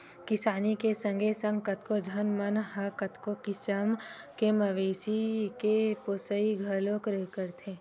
किसानी के संगे संग कतको झन मन ह कतको किसम के मवेशी के पोसई घलोक करथे